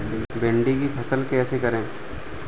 भिंडी की फसल कैसे करें?